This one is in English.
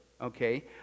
okay